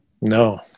No